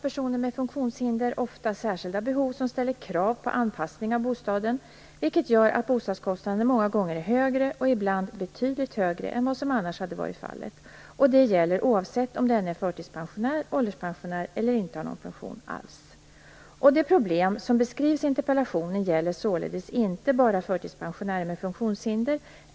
Personer med funktionshinder har ofta särskilda behov som ställer krav på anpassning av bostaden, vilket gör att bostadskostnaden många gånger är högre och ibland betydligt högre än vad som annars hade varit fallet. Detta gäller oavsett om denne är förtidspensionär, ålderspensionär eller inte har någon pension alls. Det problem som beskrivs i interpellationen gäller således inte bara förtidspensionärer med funktionshinder.